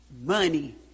money